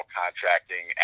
contracting